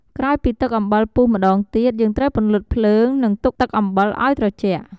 ក្រោយពីទឹកអំបិលពុះម្ដងទៀត យើងត្រូវពន្លត់ភ្លើង និងទុកទឹកអំបិលឱ្យត្រជាក់។